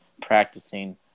practicing